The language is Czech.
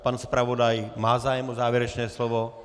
Pan zpravodaj má zájem o závěrečné slovo?